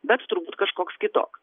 bet turbūt kažkoks kitoks